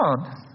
God